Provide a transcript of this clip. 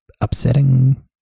upsetting